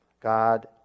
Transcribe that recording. God